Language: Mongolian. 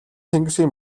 тэнгисийн